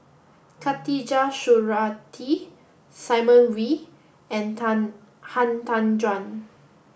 Khatijah Surattee Simon Wee and Tan Han Tan Juan